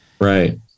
Right